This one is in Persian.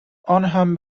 آنهم